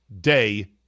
day